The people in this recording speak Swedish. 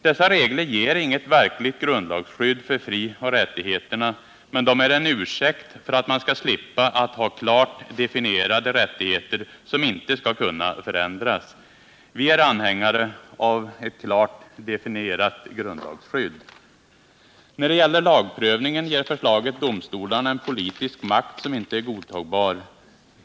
Dessa regler ger inget verkligt grundlagsskydd för frioch rättigheterna, men de är en ursäkt för att man skall slippa att ha klart definierade rättigheter som inte skall kunna förändras. Vi är anhängare av ett klart definierat grundlagsskydd. När det gäller lagprövningen ger förslaget domstolarna en politisk makt som inte är godtagbar.